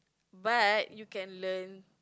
but you can learn